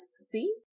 see